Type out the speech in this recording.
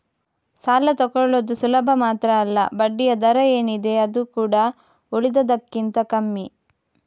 ಸಾಲ ತಕ್ಕೊಳ್ಳುದು ಸುಲಭ ಮಾತ್ರ ಅಲ್ಲ ಬಡ್ಡಿಯ ದರ ಏನಿದೆ ಅದು ಕೂಡಾ ಉಳಿದದಕ್ಕಿಂತ ಕಮ್ಮಿ